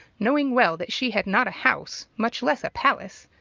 knowing well that she had not a house, much less a palace.